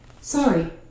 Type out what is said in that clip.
Sorry